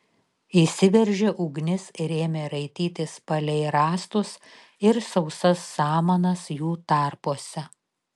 įsiveržė ugnis ir ėmė raitytis palei rąstus ir sausas samanas jų tarpuose